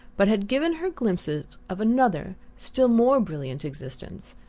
but had given her glimpses of another, still more brilliant existence,